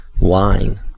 lying